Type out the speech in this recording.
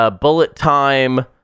bullet-time